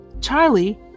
Charlie